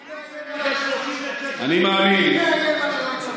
מי מאיים על היועץ המשפטי?